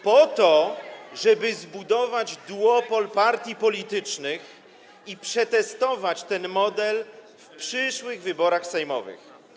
Po to, żeby zbudować duopol partii politycznych i przetestować ten model w przyszłych wyborach sejmowych.